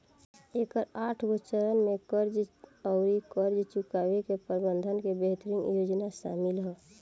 एकर आठगो चरन में कर्ज आउर कर्ज चुकाए के प्रबंधन के बेहतरीन योजना सामिल ह